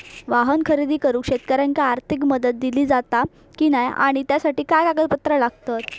वाहन खरेदी करूक शेतकऱ्यांका आर्थिक मदत दिली जाता की नाय आणि त्यासाठी काय पात्रता लागता?